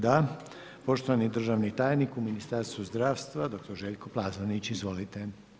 Da, poštovani državni tajnik u Ministarstvu zdravstva, dr. Željko Plazonić, izvolite.